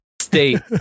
state